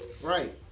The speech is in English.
Right